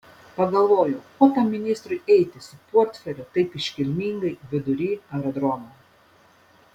pagalvojau ko tam ministrui eiti su portfeliu taip iškilmingai vidury aerodromo